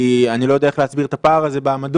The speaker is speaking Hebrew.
אני לא יודע איך להסביר את הפער הזה בעמדות.